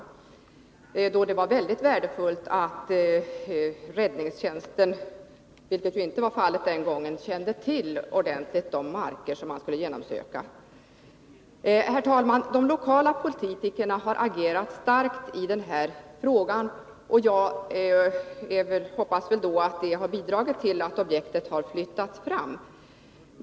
Då hade det varit väldigt värdefullt om räddningstjänsten — vilket ju inte var fallet den gången — ordentligt hade känt till de marker som skulle genomsökas. Herr talman! De lokala politikerna har agerat starkt i den här frågan. Jag hoppas att det har bidragit till att objektet har tidigarelagts.